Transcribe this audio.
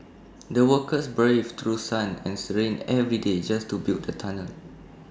the workers braved through sun and Th rain every day just to build the tunnel